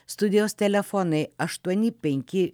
studijos telefonai aštuoni penki